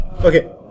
Okay